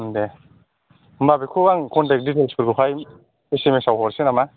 दे होमबा बेखौ आं कनटेक डिटेल्सफोरखौहाय एस एम एस आव हरसै नामा